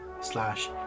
slash